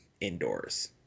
indoors